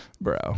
bro